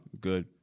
Good